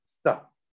stop